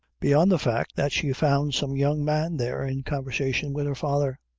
beyond the fact that she found some young man there in conversation with her father.